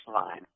line